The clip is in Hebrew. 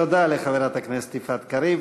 תודה לחברת הכנסת יפעת קריב.